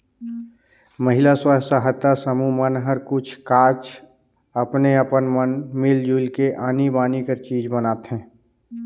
महिला स्व सहायता समूह मन हर कुछ काछ अपने अपन मन मिल जुल के आनी बानी कर चीज बनाथे